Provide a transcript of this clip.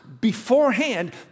beforehand